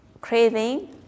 craving